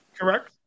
Correct